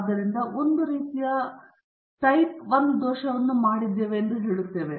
ಆದ್ದರಿಂದ ನಾವು ಒಂದು ರೀತಿಯ I ದೋಷವನ್ನು ಮಾಡಿದ್ದೇವೆ ಎಂದು ಹೇಳುತ್ತೇವೆ